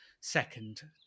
second